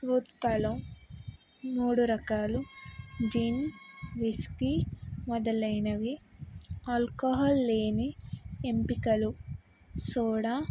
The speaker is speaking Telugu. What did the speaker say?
రుత్పల మూడు రకాలు జిన్ విస్కీ మొదలైనవి ఆల్కహాల్ లేని ఎంపికలు సోడా